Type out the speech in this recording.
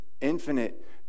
infinite